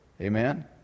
Amen